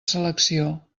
selecció